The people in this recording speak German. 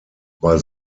war